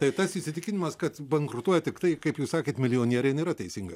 tai tas įsitikinimas kad bankrutuoja tiktai kaip jūs sakėt milijonieriai nėra teisinga